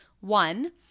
One